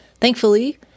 Thankfully